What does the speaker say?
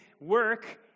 work